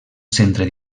centre